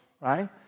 right